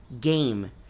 game